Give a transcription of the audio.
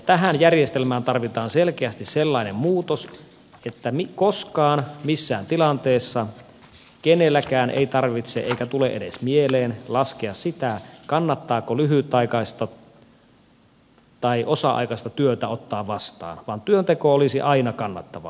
tähän järjestelmään tarvitaan selkeästi sellainen muutos että koskaan missään tilanteessa kenenkään ei tarvitse eikä tule edes mieleen laskea sitä kannattaako lyhytaikaista tai osa aikaista työtä ottaa vastaan vaan työnteko olisi aina kannattavaa